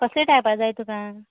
कसलें टायपा जाय तुका